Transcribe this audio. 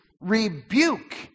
rebuke